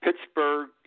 Pittsburgh